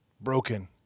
broken